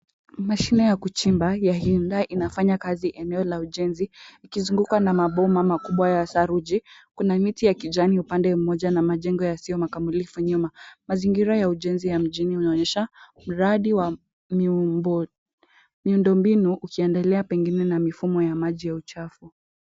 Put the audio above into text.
Mashine ya kuchimba ya Hyundai inafanya kazi eneo la ujenzi ikizungukwa na mabomba makubwa ya saruji .Kuna miti ya kijani upande mmoja na majengo yasiyo makamilifu nyuma. Mazingira ya ujenzi ya mjini unaonyesha mradi wa miundo mbinu ukiendelea pengine na mifumo ya maji ya uchafu.